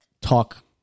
talk